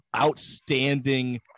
outstanding